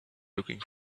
looking